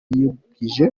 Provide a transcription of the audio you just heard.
yibukije